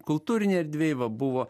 kultūrinėj erdvėj va buvo